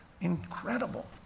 incredible